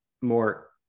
more